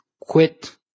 quit